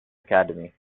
academy